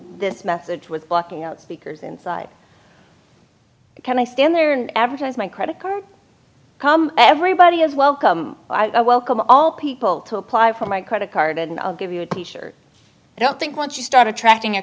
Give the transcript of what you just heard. this message with blocking out speakers inside can i stand there and advertise my credit card come everybody is welcome i welcome all people to apply for my credit card and i'll give you a t shirt i don't think once you start attracting a